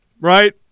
Right